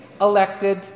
elected